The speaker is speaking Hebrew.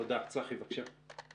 צחי, בבקשה.